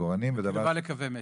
וקרבה לקווי מתח.